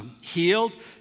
healed